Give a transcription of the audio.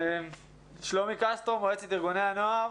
שלומי קסטרו, מועצת ארגוני הנוער.